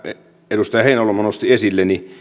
edustaja heinäluoma nosti esille niin